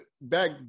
back